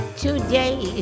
today